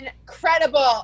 incredible